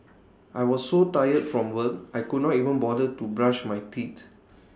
I was so tired from work I could not even bother to brush my teeth